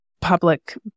public